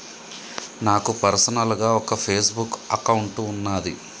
నాకు పర్సనల్ గా ఒక ఫేస్ బుక్ అకౌంట్ వున్నాది